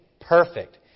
perfect